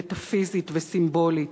מטאפיזית וסימבולית,